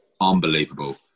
Unbelievable